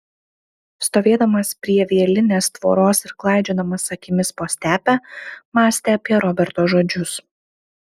stovėdamas prie vielinės tvoros ir klaidžiodamas akimis po stepę mąstė apie roberto žodžius